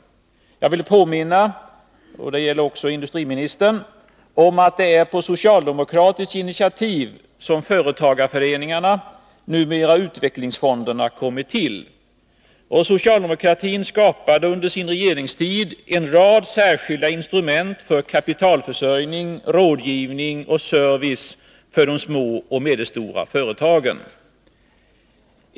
Jag vill påminna — det gäller också industriministern — om att det är på socialdemokratiskt initiativ som företagarföreningarna, numera utvecklingsfonderna, har kommit till. Socialdemokratin skapade under sin regeringstid en rad särskilda instrument för kapitalförsörjning, rådgivning och service för de små och medelstora företagen.